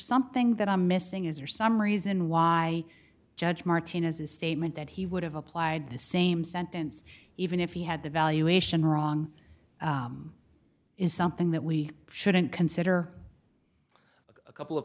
something that i'm missing is there some reason why judge martinez's statement that he would have applied the same sentence even if he had the valuation wrong is something that we shouldn't consider a couple of